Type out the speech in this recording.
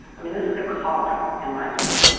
i mean this is a calling, in my view.